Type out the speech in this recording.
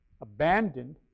abandoned